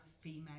female